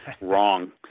wrong